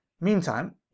meantime